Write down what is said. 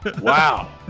Wow